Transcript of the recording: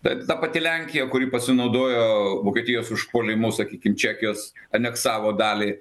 bet ta pati lenkija kuri pasinaudojo vokietijos užpuolimu sakykim čekijos aneksavo dalį